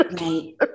Right